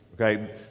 okay